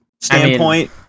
standpoint